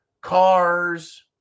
cars